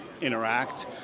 interact